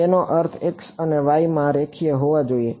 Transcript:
તેનો અર્થ x અને y માં રેખીય હોવો જોઈએ